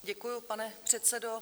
Děkuji, pane předsedo.